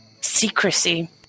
Secrecy